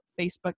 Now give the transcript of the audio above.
facebook